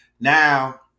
Now